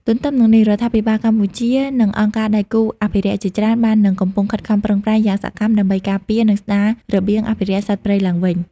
ទន្ទឹមនឹងនេះរដ្ឋាភិបាលកម្ពុជា និងអង្គការដៃគូអភិរក្សជាច្រើនបាននិងកំពុងខិតខំប្រឹងប្រែងយ៉ាងសកម្មដើម្បីការពារ និងស្តាររបៀងអភិរក្សសត្វព្រៃឡើងវិញ។